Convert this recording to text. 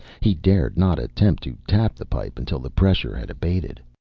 he dared not attempt to tap the pipe until the pressure had abated.